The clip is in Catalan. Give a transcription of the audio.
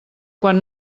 quan